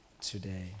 today